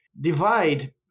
divide